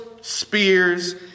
spears